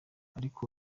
ariko